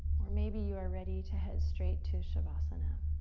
or maybe you are ready to head straight to shavasana.